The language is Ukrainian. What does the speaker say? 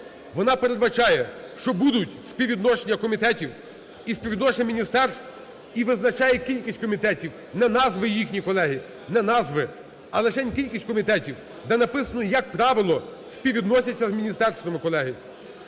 Вона передбачає, що будуть співвідношення комітетів і співвідношення міністерств, і визначає кількість комітетів, не назви їхні, колеги, не назви, а лишень кількість комітетів, де написано, як правило, співвідносять з міністерствами, колеги.